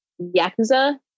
Yakuza